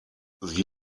sie